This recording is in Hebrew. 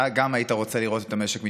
גם אתה היית רוצה לראות את המשק מתאושש,